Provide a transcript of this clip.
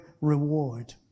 reward